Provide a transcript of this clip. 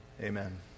Amen